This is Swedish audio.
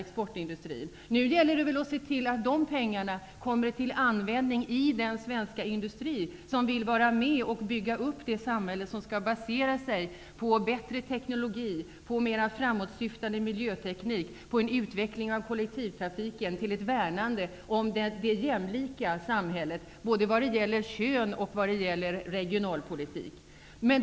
Nu gäller det framför allt att se till att de pengarna kommer till användning i den svenska industri som vill vara med och bygga upp det samhälle som skall basera sig på bättre teknologi, på mera framåtsyftande miljöteknik och på en utveckling av kollektivtrafiken samt ett värnande om det jämlika samhället, både vad gäller kön och vad gäller regionalpolitiken.